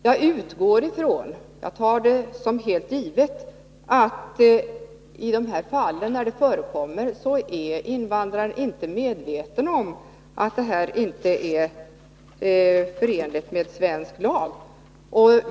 Jag utgår från som helt givet att i de fall när detta förekommer är invandraren inte medveten om att det inte är förenligt med svensk lag.